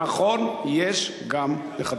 נכון, יש גם נכדים.